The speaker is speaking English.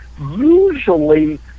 usually